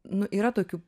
nu yra tokių